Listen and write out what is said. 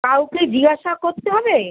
কাউকে জিজ্ঞেস করতে হবে